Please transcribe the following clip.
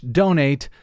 donate